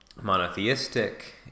monotheistic